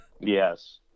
yes